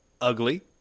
ugly